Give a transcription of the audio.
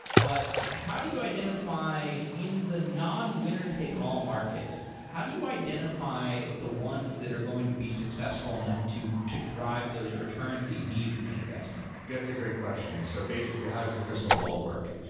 but how do you identify in the non-winner-take all markets, how do you identify the ones that are going to be successful enough to to drive those returns that you need from an investment? that's a great question. so basically, how's does a crystal ball work?